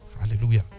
hallelujah